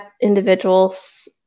individuals